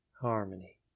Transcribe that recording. harmony